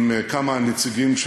עם כמה נציגים,